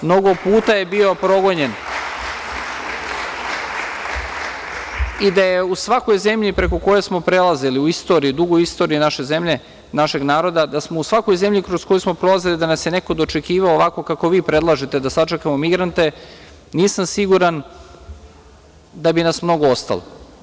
Mnogo puta je bio progonjen i da je u svakoj zemlji preko koje smo prelazili, u dugoj istoriji naše zemlje, našeg naroda, da smo u svakoj zemlji kroz koju smo prolazili, da nas je neko dočekivao ovako kako vi predlažete da sačekamo migrante, nisam siguran da bi nas mnogo ostalo.